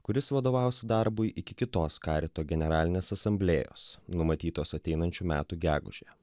kuris vadovaus darbui iki kitos karito generalinės asamblėjos numatytos ateinančių metų gegužę